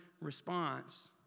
response